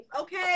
Okay